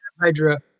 Hydra